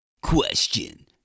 Question